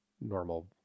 normal